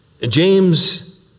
James